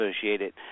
associated